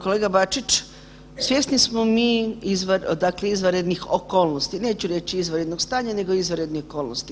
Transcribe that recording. Kolega Bačić, svjesni smo mi, dakle izvanrednih okolnosti, neću reć izvanrednog stanja nego izvanrednih okolnosti.